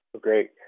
Great